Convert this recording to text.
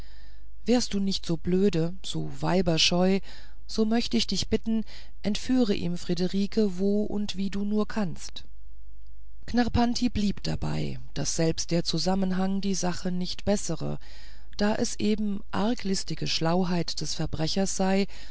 wärst du nicht so blöde so weiberscheu so möcht ich dich bitten entführe ihm friederiken wo und wie du nur kannst knarrpanti blieb dabei daß selbst der zusammenhang die sache nicht bessere da es eben arglistige schlauheit der verbrecher sei